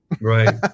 Right